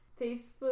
Facebook